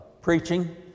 preaching